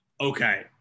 okay